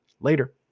Later